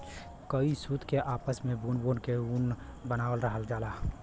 कई सूत के आपस मे बुन बुन के ऊन बनावल जाला